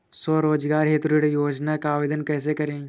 स्वरोजगार हेतु ऋण योजना का आवेदन कैसे करें?